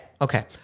Okay